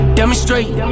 demonstrate